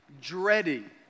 dreading